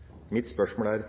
– hvorfor er